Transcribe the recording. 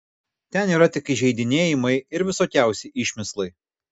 ten yra tik įžeidinėjimai ir visokiausi išmislai